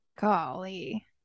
Golly